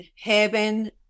heaven